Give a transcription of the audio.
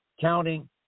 counting